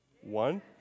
One